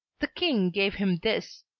the king gave him this,